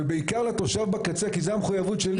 ובעיקר לתושב בקצה כי זאת המחויבות שלי כמנכ"ל משרד הפנים.